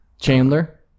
Chandler